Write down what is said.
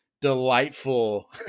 delightful